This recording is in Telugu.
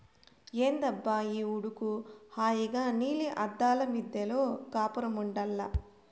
ఏందబ్బా ఈ ఉడుకు హాయిగా నీలి అద్దాల మిద్దెలో కాపురముండాల్ల